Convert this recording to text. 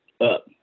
Up